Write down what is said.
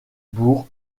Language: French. bourg